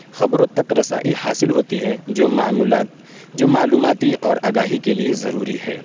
خبروں تک رسائی حاصل ہوتی ہے جو معمولات جو معلوماتی اور آگاہی کے لیے ضروری ہے